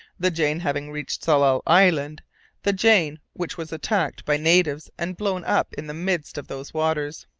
the jane having reached tsalal island the jane which was attacked by natives and blown up in the midst of those waters.